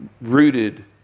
rooted